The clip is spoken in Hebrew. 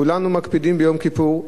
כולנו מקפידים ביום כיפור.